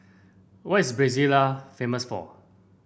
what is Brasilia famous for